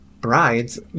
brides